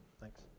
Thanks